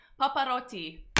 paparotti